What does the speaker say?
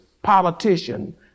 Politician